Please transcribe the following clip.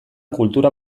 kultura